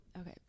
okay